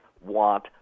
want